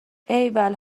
ایول